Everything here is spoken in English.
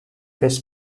this